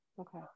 Okay